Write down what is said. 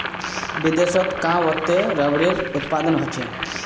विदेशत कां वत्ते रबरेर उत्पादन ह छेक